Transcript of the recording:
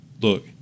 look